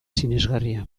sinesgarria